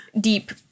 deep